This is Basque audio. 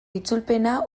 itzulpena